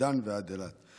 מדן ועד אילת.